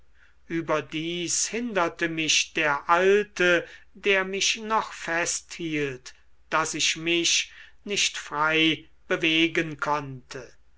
überdies hinderte mich der alte der mich noch immer festhielt daß ich mich nicht frei bewegen konnte